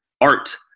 art